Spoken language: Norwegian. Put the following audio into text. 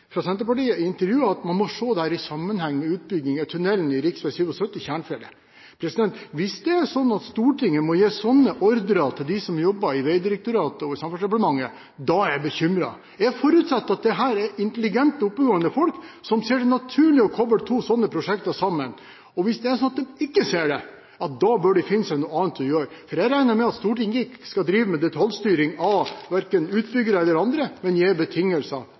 fra Senterpartiet i dette intervjuet at man må se dette i sammenheng med utbygging av tunnelen på riksvei 77 gjennom Tjernfjellet. Hvis det er sånn at Stortinget må gi slike ordre til dem som jobber i Vegdirektoratet og Samferdselsdepartementet, da blir jeg bekymret. Jeg forutsetter at dette er intelligente, oppegående folk som ser det naturlige i å sammenkoble to slike prosjekt. Hvis de ikke ser det, bør de finne seg noe annet å gjøre. Jeg regner med at Stortinget ikke skal drive med detaljstyring verken av utbyggere eller andre, men stille rammemessige betingelser.